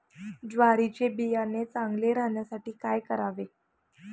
ज्वारीचे बियाणे चांगले राहण्यासाठी काय करावे?